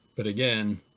but again,